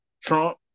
Trump